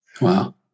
wow